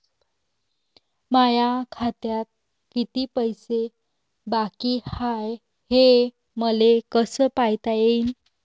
माया खात्यात किती पैसे बाकी हाय, हे मले कस पायता येईन?